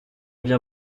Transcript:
bien